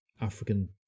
African